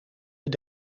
het